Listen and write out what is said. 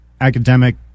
academic